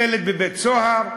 ילד בבית-סוהר,